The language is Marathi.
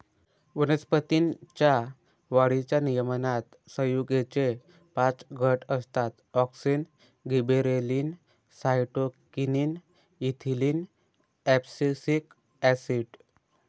वनस्पतीं च्या वाढीच्या नियमनात संयुगेचे पाच गट असतातः auxin, gibberellin, cytokinin, ethylene, abscisic acid